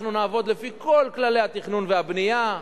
אנחנו נעבוד לפי כל כללי התכנון והבנייה.